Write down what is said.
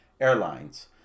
airlines